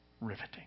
riveting